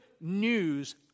news